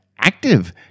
active